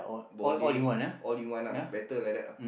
bowling all in one ah better like that lah